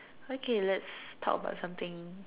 okay let's talking about something